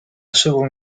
seconde